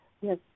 Yes